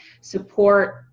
support